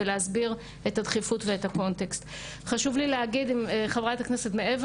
אנחנו הרבה בשיחות על זה עם בני הנוער,